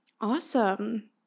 Awesome